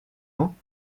ans